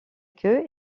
queue